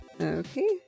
Okay